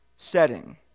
setting